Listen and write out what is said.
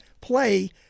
play